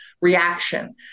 reaction